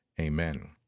Amen